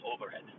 overhead